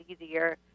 easier